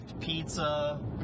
pizza